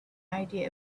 idea